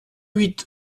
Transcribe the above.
huit